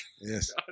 Yes